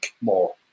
more